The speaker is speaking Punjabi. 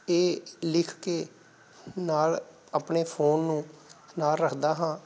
ਇਹ ਲਿਖ ਕੇ ਨਾਲ ਆਪਣੇ ਫੋਨ ਨੂੰ ਨਾਲ ਰੱਖਦਾ ਹਾਂ